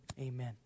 amen